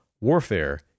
Warfare